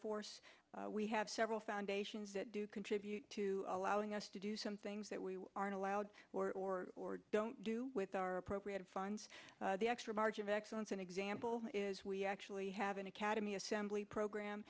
from we have several foundations that do contribute to allowing us to do some things that we aren't allowed or or or don't do with our appropriated funds the extra margin of excellence an example is we actually have an academy assembly program